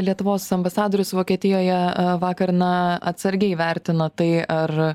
lietuvos ambasadorius vokietijoje vakar na atsargiai vertino tai ar